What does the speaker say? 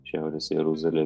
šiaurės jeruzalė